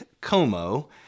Como